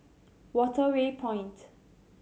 Waterway Point